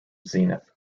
zenith